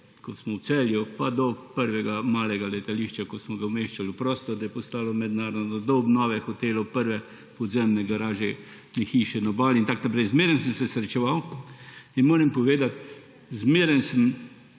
centrale v Celju pa do prvega malega letališča, ko smo ga umeščali v prostor, da je postalo mednarodno, do obnove hotelov, prve podzemne garažne hiše na Obali in tako naprej. Zmeraj sem se srečeval in moram povedati, zmeraj sem